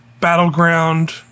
battleground